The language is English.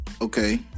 Okay